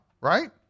right